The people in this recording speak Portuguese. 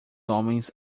homens